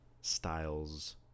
styles